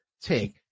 take